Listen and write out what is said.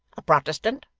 a protestant,